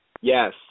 Yes